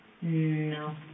No